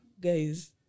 guys